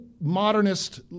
modernist